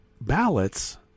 ballots